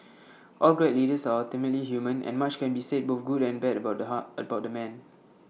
all great leaders are ultimately human and much can be said both good and bad about the heart about the man